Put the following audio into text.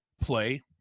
Play